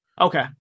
Okay